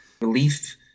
Relief